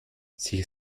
sich